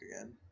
again